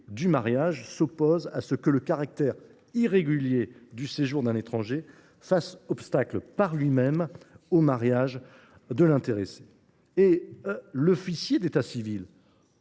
du mariage […] s’oppose à ce que le caractère irrégulier du séjour d’un étranger fasse obstacle, par lui même, au mariage de l’intéressé ». Ainsi, l’officier d’état civil